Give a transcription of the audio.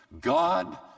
God